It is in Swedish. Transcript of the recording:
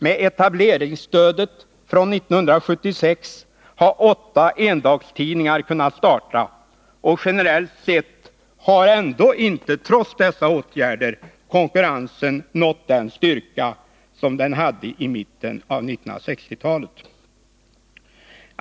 Med etableringsstödet från 1976 har åtta endagstidningar kunnat starta, men generellt sett har ändå inte — trots dessa åtgärder — konkurrensen nått den styrka som den hade i mitten av 1960-talet.